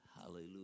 hallelujah